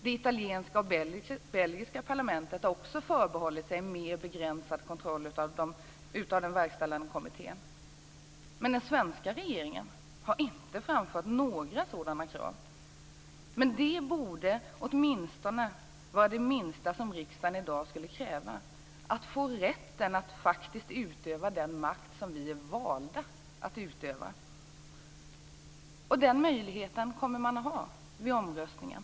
Det italienska och det belgiska parlamentet har också förbehållit sig en mer begränsad kontroll av den verkställande kommittén. Men den svenska regeringen har inte framfört några sådana krav. Att få rätten att utöva den makt som vi ledamöter faktiskt är valda att utöva är det minsta riksdagen borde kräva i dag. Den möjligheten kommer man att ha vid omröstningen.